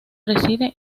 reside